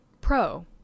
Pro